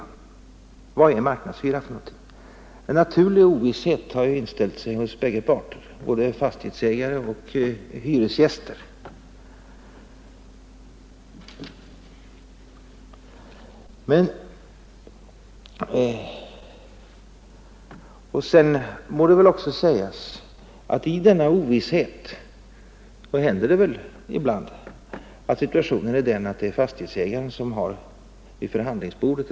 Och vad är en marknadshyra? Där har en helt naturlig ovisshet inställt sig hos såväl fastighetsägare som hyresgäster. Sedan bör det också sägas att i denna ovisshet har det ibland hänt att fastighetsägaren har haft ett visst övertag vid förhandlingsbordet.